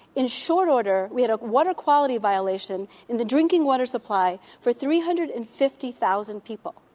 in short order we had a water quality violation in the drinking water supply for three hundred and fifty thousand people.